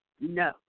No